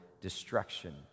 destruction